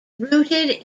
rooted